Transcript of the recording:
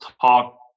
talk